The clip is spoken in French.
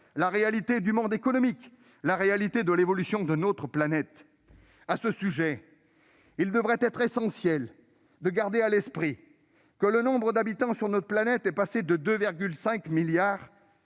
la réalité du monde économique et de l'évolution de notre planète. À ce sujet, il est essentiel de garder à l'esprit que le nombre d'habitants sur Terre est passé de 2,5 milliards